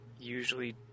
usually